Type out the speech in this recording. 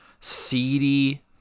seedy